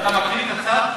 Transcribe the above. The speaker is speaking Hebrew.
אתה מכיר את הצו?